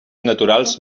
naturals